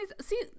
see